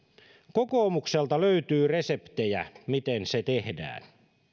kokoomukselta löytyy reseptejä miten se tehdään